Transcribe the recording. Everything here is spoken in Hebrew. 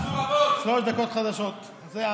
שלוש דקות חדשות.